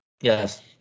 Yes